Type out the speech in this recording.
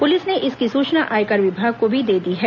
police ने इसकी सूचना आयकर विभाग को भी दे दी है